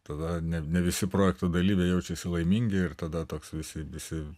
tada ne ne visi projekto dalyviai jaučiasi laimingi ir tada toks visi visi